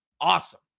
awesome